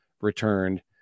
returned